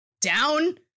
down